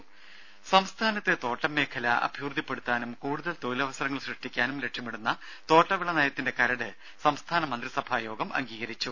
രെട സംസ്ഥാനത്തെ തോട്ടം മേഖല അഭിവൃദ്ധിപ്പെടുത്താനും കൂടുതൽ തൊഴിലവസരങ്ങൾ സൃഷ്ടിക്കാനും ലക്ഷ്യമിടുന്ന തോട്ടവിള നയത്തിന്റെ കരട് സംസ്ഥാന മന്ത്രിസഭായോഗം അംഗീകരിച്ചു